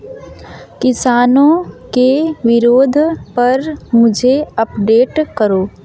किसानों के विरोध पर मुझे अपडेट करो